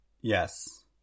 Yes